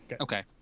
Okay